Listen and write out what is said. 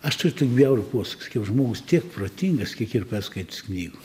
aš turiu tok bjaurų posakį sakiau žmogus tiek protingas kiek yr perskaitęs knygų